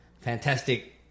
fantastic